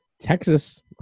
Texas